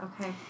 Okay